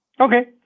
Okay